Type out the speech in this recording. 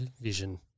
vision